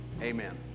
amen